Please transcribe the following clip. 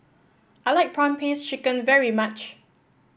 I like prawn paste chicken very much